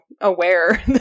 aware